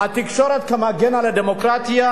התקשורת כמגינה על הדמוקרטיה,